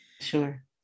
Sure